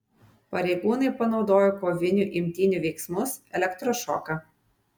pareigūnai panaudojo kovinių imtynių veiksmus elektrošoką